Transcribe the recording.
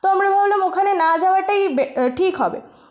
তো আমরা ভাবলাম ওখানে না যাওয়াটাই বে ঠিক হবে